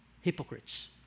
Hypocrites